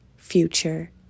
future